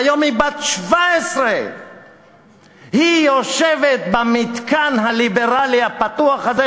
והיום היא בת 17. היא יושבת במתקן הליברלי הפתוח הזה,